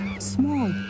Small